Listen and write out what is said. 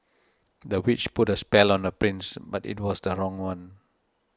the witch put a spell on the prince but it was the wrong one